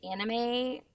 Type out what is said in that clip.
anime